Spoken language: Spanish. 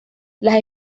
las